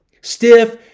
Stiff